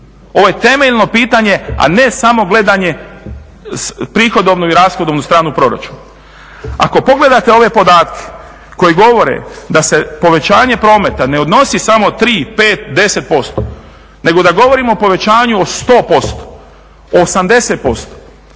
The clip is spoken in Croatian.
Ovo je temeljno pitanje, a ne samo gledanje prihodovnu i rashodovnu stranu proračuna. Ako pogledate ove podatke koji govore da se povećanje prometa ne odnosi samo tri, pet, deset posto nego da govorimo o povećanju od sto posto,